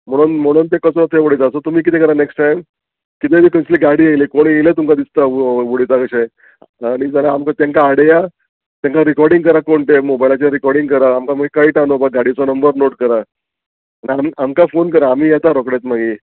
म्हणून म्हणून तें कसो ते उडयता सो तुमी कितें करा नॅक्स्ट टायम किदें तरी कसली गाडी येयली कोणें येयलें तुमकां दिसता उडयता कशें आनी जाल्यार आमकां तेंकां आडया तेंका रिकोर्डींग करा कोण तें मोबायलाचेर रिकोर्डिंग करा आमकां मागीर कळटा ना गाडीचो नंबर नोट करा आनी आमकां फोन करा आमी येता रोखडेंत मागीर